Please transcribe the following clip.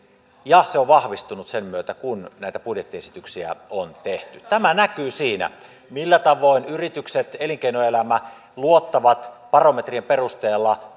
ja se on vahvistunut sen myötä kun näitä budjettiesityksiä on tehty tämä näkyy siinä millä tavoin yritykset elinkeinoelämä luottavat barometrien perusteella